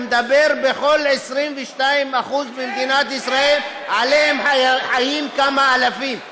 הוא מדבר על כל 22% ממדינת ישראל שעליהם חיים כמה אלפים.